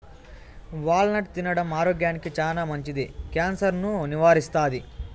wall నట్ తినడం ఆరోగ్యానికి చానా మంచిది, క్యాన్సర్ ను నివారిస్తాది